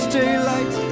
daylight